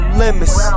limits